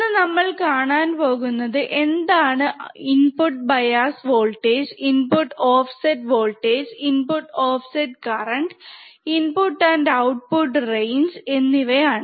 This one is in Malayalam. ഇന്ന് നമ്മൾ കാണാൻ പോകുന്നത് എന്താണ് input bias voltage input offset voltage input offset current input and output range എന്നിവയാണ്